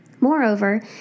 Moreover